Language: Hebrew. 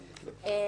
וארבע.